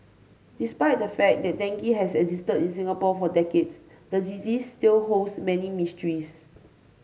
despite the fact that dengue has existed in Singapore for decades the disease still holds many mysteries